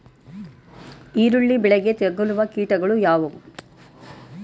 ಈರುಳ್ಳಿ ಬೆಳೆಗೆ ತಗಲುವ ಕೀಟಗಳು ಯಾವುವು?